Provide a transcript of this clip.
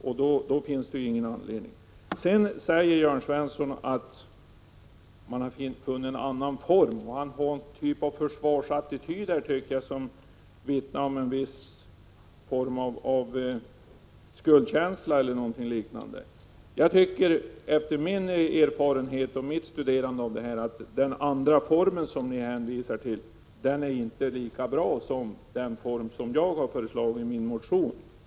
Jörn Svensson säger också att man har funnit en annan form, och han intar ett slags försvarsattityd som vittnar om en viss skuldkänsla eller något liknande. Enligt min erfarenhet och efter att ha studerat frågan tycker jag att den andra formen som ni hänvisar till inte är lika bra som den form som jag föreslagit i min motion.